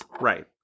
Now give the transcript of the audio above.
Right